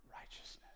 righteousness